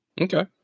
Okay